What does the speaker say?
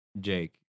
Jake